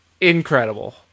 Incredible